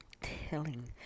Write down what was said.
telling